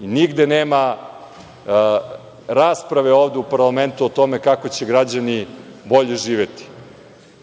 i nigde nema rasprave ovde u parlamentu kako će građani bolje živeti. Ono